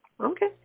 Okay